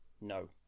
No